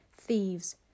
thieves